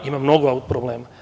Ima mnogo problema.